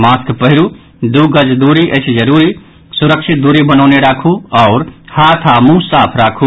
mask पहिरू दू गज दूरी अछि जरूरी सुरक्षित दूरी बनौने राखू आओर हाथ आ मुंह साफ राखू